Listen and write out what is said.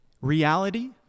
reality